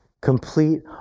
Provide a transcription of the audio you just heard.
Complete